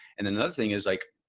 and another thing is like,